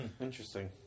Interesting